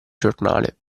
giornale